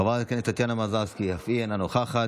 חברת הכנסת טטיאנה מזרסקי, אף היא אינה נוכחת,